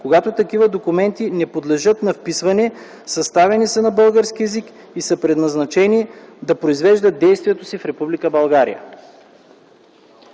когато такива документи не подлежат на вписване, съставени са на български език и са предназначени да произведат действието си в